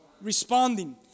Responding